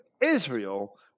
Israel